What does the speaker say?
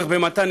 וככה זה מתנהל.